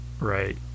right